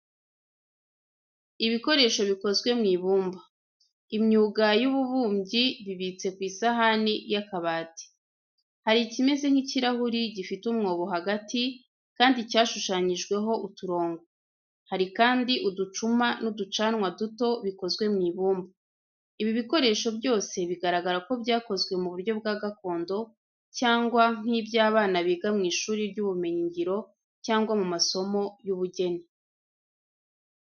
Ibikoresho bikozwe mu ibumba. Imyuga y'ububumbyi bibitse ku isahani y’akabati. Hari ikimeze nk’ikirahuri gifite umwobo hagati kandi cyashushanyijweho uturongo. Hari kandi uducuma n’uducanwa duto bikozwe mu ibumba. Ibi bikoresho byose bigaragara ko byakozwe mu buryo bwa gakondo cyangwa nk’ibyo abana biga mu ishuri ry’ubumenyingiro cyangwa mu masomo y’ubugeni.